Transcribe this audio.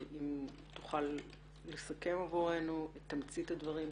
אם תוכל לסכם עבורנו את תמצית הדברים,